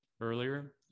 earlier